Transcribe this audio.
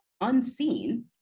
unseen